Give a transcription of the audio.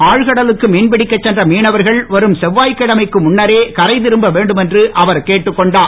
ஆழ்கடலுக்கு மீன்பிடிக்க சென்ற மீனவர்கள் வரும் செவ்வாய் கிழமைக்கு முன்னரே கரை திரும்ப வேண்டும் என்று அவர் கேட்டுக்கொண்டார்